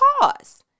cause